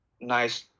nice